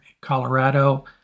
Colorado